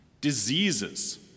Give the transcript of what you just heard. Diseases